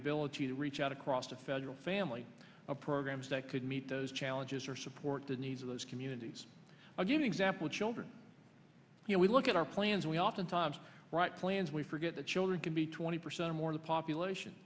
ability to reach out across the federal family of programs that could meet those challenges or support the needs of those communities a good example children you know we look at our plans we oftentimes write plans we forget that children can be twenty percent or more of the population